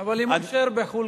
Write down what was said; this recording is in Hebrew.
אבל אם הוא יישאר בחו"ל?